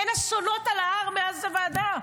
אין אסונות על ההר מאז הוועדה.